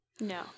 no